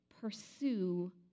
pursue